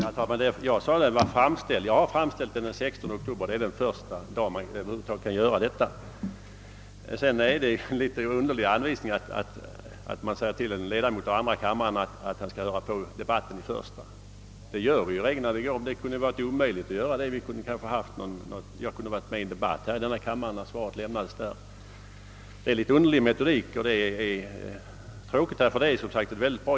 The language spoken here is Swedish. Herr talman! Jag sade att frågan ställdes den 16 oktober, den första dagen av höstsessionen och den första dag under hösten då frågor över huvud taget kunnat framställas. Det är en något underlig anvisning till en riksdagsledamot att säga att han skall lyssna till en debatt som förs i medkammaren. Det gör vi i regel när det är möjligt, men jag kunde t.ex. ha varit med i en debatt i denna kammare när svaret lämnades i första kammaren. Denna metodik är besynnerlig, och det är tråkigt att jag inte kunnat få ett ordentligt svar.